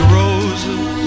roses